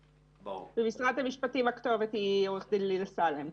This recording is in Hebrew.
במשרד המשפטים הכתובת היא עו"ד לינא סאלם.